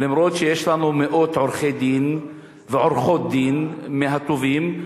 למרות שיש לנו מאות עורכי-דין ועורכות-דין מהטובים.